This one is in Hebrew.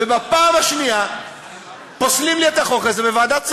בפעם השנייה פוסלים לי את החוק הזה בוועדת שרים.